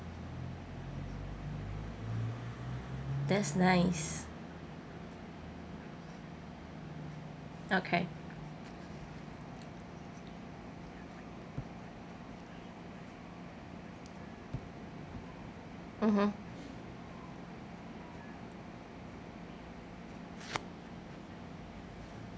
that's nice okay mmhmm